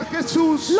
Jesús